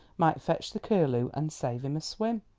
might fetch the curlew and save him a swim.